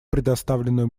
предоставленную